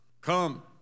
come